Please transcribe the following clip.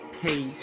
page